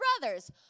brothers